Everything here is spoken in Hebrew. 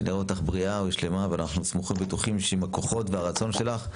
שנראה אותך בריאה ושלמה ואנחנו סומכים ובטוחים שעם הרצון שלך,